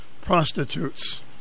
prostitutes